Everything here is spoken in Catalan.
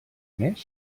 més